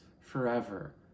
forever